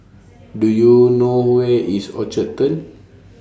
Do YOU know Where IS Orchard Turn